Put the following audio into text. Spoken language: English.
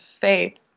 faith